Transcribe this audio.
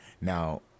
Now